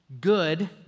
good